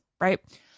right